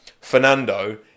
Fernando